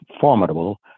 formidable